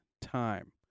time